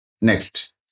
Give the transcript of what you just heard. Next